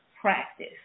practice